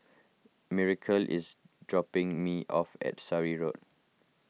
Miracle is dropping me off at Surrey Road